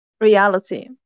reality